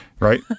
right